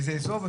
וזה אזור,